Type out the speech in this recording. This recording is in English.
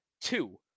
two